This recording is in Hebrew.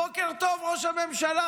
בוקר טוב, ראש הממשלה.